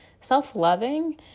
self-loving